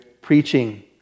preaching